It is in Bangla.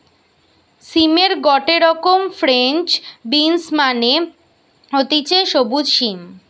সিমের গটে রকম ফ্রেঞ্চ বিনস মানে হতিছে সবুজ সিম